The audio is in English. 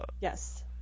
yes